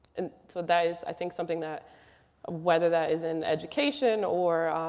and so that is i think something that whether that is in education or